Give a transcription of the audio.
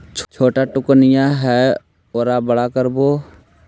छोटा दोकनिया है ओरा बड़ा करवै?